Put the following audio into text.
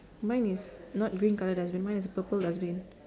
mine is not green colour dustbin mine is purple dustbin